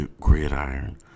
gridiron